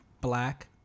black